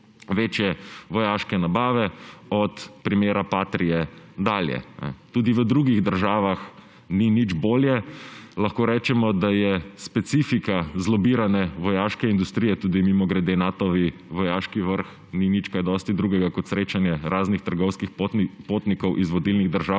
večje vojaške nabave od primera Patrie dalje, tudi v drugih državah ni nič bolje. Lahko rečemo, da je specifika zlobirane vojaške industrije, mimogrede, tudi Natov vojaški vrh ni nič kaj dosti drugega kot srečanje raznih trgovskih potnikov iz vodilnih držav